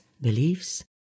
beliefs